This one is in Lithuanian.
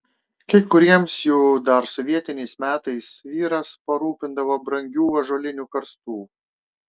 kai kuriems jų dar sovietiniais metais vyras parūpindavo brangių ąžuolinių karstų